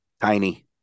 tiny